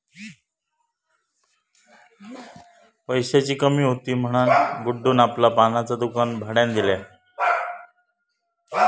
पैशाची कमी हुती म्हणान गुड्डून आपला पानांचा दुकान भाड्यार दिल्यान